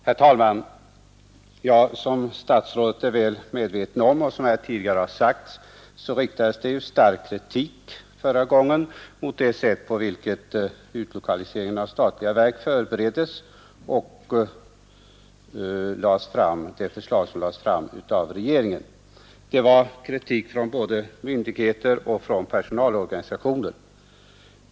Herr talman! Som herr statsrådet är väl medveten om och som här tidigare sagts riktades förra gången stark kritik mot det sätt på vilket utlokaliseringen av statliga verk förbereddes och mot de förslag som lades fram av regeringen. Det var kritik från både myndigheter och personalorganisationer.